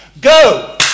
Go